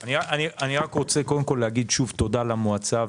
אני מדבר על שני בני זוג עובדים.